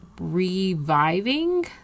reviving